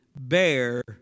bear